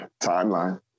timeline